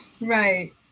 Right